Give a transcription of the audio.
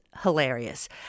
hilarious